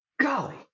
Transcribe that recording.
Golly